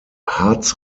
hartz